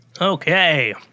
Okay